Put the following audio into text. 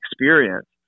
experience